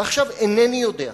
ועכשיו אינני יודע,